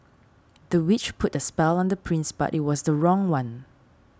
the witch put a spell on the prince but it was the wrong one